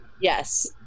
Yes